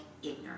ignorant